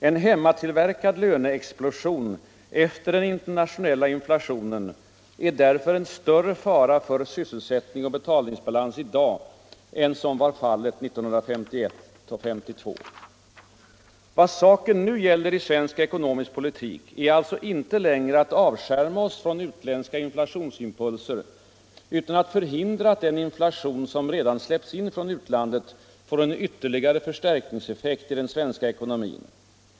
En hemmatillverkad löneexplosion efter den internationella inflationen är därför en större fara för sysselsättning och betalningsbalans i dag än som var fallet 1951 och 1952.” Assar Lindbeck fortsatte: ”Vad saken nu gäller i svensk politik är alltså inte längre att avskärma oss från utländska inflationsimpulser, utan att förhindra att den inflation som redan släppts in från utlandet får en ytterligare förstärkningseffekt i den svenska ekonomin.